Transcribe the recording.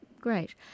Great